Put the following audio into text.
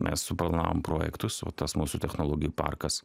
mes suplanavom projektus o tas mūsų technologijų parkas